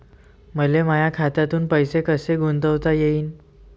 मले माया खात्यातून पैसे कसे गुंतवता येईन?